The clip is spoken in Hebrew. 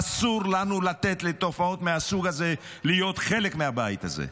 אסור לנו לתת לתופעות מהסוג הזה להיות חלק מהבית הזה.